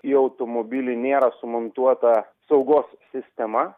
į automobilį nėra sumontuota saugos sistema